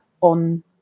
on